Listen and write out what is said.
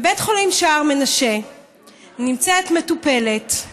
בבית חולים שער מנשה נמצאת מטופלת.